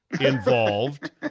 Involved